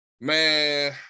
Man